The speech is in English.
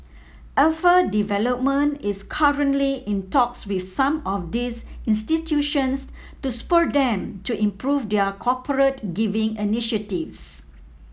Alpha Development is currently in talks with some of these institutions to spur them to improve their corporate giving initiatives